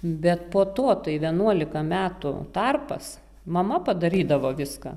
bet po to tai vienuolika metų tarpas mama padarydavo viską